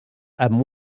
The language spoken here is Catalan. amb